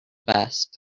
best